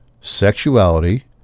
sexuality